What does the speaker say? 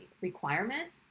requirement